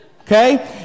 okay